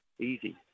Easy